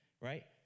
right